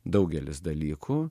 daugelis dalykų